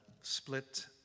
split